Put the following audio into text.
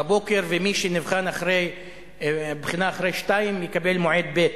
בבוקר ומי שנבחן בבחינה אחרי השעה 14:00 יקבל מועד ב'.